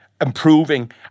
improving